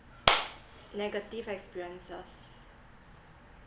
negative experiences